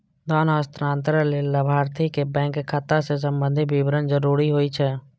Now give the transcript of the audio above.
धन हस्तांतरण लेल लाभार्थीक बैंक खाता सं संबंधी विवरण जरूरी होइ छै